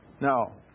Now